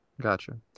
Gotcha